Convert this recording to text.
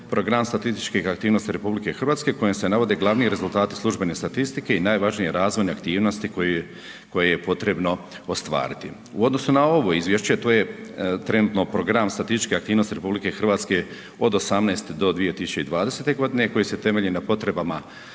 Program statističkih aktivnosti RH kojima se navode glavni rezultati službene statistike i najvažnije razvojne aktivnosti koje je potrebno ostvariti. U odnosu na ovo izvješće, to je trenutno program statističkih aktivnosti od 2018. do 2020. g. koji se temelji na potrebama